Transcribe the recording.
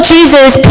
Jesus